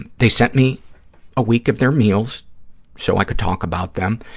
and they sent me a week of their meals so i could talk about them,